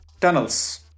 Tunnels